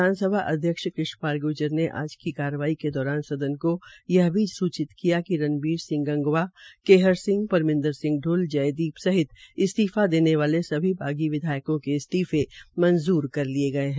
विधानसभा अध्यक्ष कृष्ण पाल ग्र्जर ने आज कार्रवाई के दौरान सदन को यह भी सूचित किया कि रनबीर सिंह गंगवा केहर सिंह परमिंदर सिंह ढ़ल जयदीप सहित इस्तीफा देने वाले सभी विधायकों के इस्तीफे मंजूर कर लिये गये है